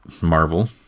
Marvel